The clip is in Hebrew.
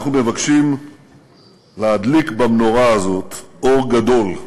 אנחנו מבקשים להדליק במנורה הזאת אור גדול,